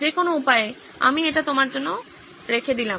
যে কোনো উপায়ে আমি এটা তোমার জন্য খোলা রেখে দিলাম